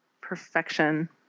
Perfection